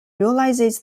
realises